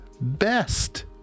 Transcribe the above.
best